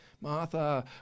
Martha